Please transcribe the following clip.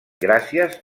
gràcies